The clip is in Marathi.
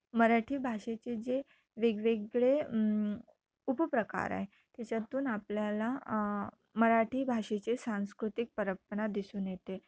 मराठी भाषेचे जे वेगवेगळे उपप्रकार आहे त्याच्यातून आपल्याला मराठी भाषेचे सांस्कृतिक परंपरा दिसून येते